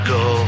go